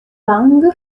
lange